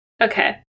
Okay